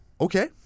Okay